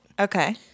Okay